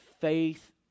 faith